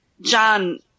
John